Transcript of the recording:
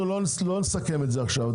אנחנו לא נסכם את זה עכשיו.